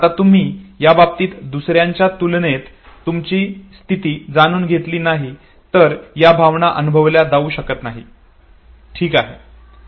आता तुम्ही या बाबतीत दुसऱ्यांच्या तुलनेत तुमची स्थिती जाणून घेतली नाही तर या भावना अनुभवल्या जाऊ शकत नाहीत ठीक आहे